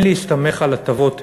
אין להסתמך על הטבות אלו,